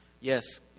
yes